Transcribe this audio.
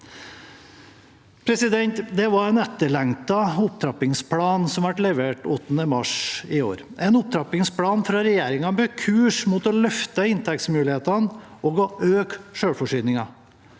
høyre-krefter. Det var en etterlengtet opptrappingsplan som ble levert 8. mars i år, en opptrappingsplan fra regjeringen med kurs mot å løfte inntektsmulighetene og å øke selvforsyningen.